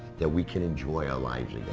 that we can enjoy our lives